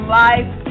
life